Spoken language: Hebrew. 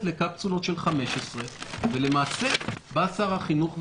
לקפסולות של 15. למעשה בא שר החינוך ואמר: